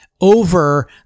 over